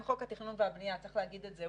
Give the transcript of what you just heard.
חוק התכנון והבנייה וצריך להגיד את זה.